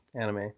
anime